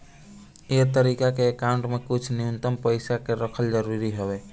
ए तरीका के अकाउंट में कुछ न्यूनतम पइसा के रखल जरूरी हवे